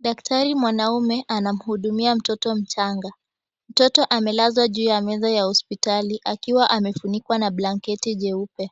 Daktari mwanaume anamhudumia mtoto mchanga. Mtoto amelazwa juu ya mezaya hospitali akiwa amefunikwa na blanketi jeupe.